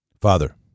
Father